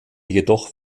jedoch